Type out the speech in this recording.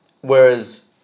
whereas